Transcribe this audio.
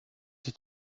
sich